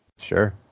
Sure